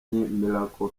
miracle